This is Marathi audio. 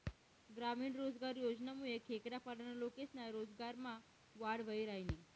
ग्रामीण रोजगार योजनामुये खेडापाडाना लोकेस्ना रोजगारमा वाढ व्हयी रायनी